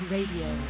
Radio